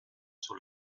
sur